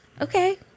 Okay